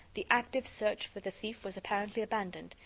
the active search for the thief was apparently abandoned,